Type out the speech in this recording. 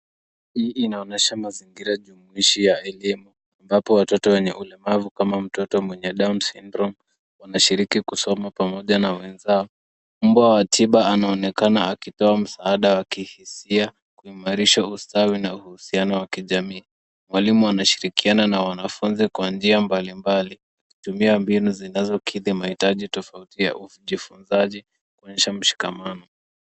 Hii inaonyesha mazingira jumuishi ye elimu ambapo watoto wenye ulemavu kama mtoto mwenye Down's Syndrome wanashiriki kusoma pamoja na wenzao. Mbwa wa tiba anaonekana akitoa msaada wa kihisia kuimarisha ustawi na uhusiano wa kijamii. Mwalimu anashirikiana na wanafunzi kwa njia mbalimbali kwa kutumia mbinu zinazokidhi mahitaji tofauti ya ujifunzaji kuonyesha mshikamano.